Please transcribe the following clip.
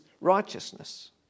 righteousness